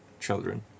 children